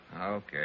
Okay